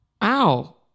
ow